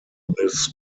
this